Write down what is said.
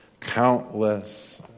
countless